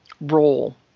role